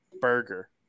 burger